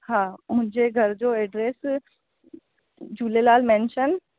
हा मुंहिंजे घर जो एड्रेस झूलेलाल मैंशन